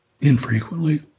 infrequently